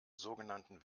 sogenannten